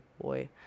boy